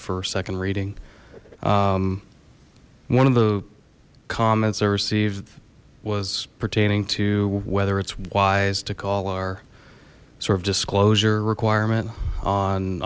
for second reading one of the comments i received was pertaining to whether it's wise to call our sort of disclosure requirement on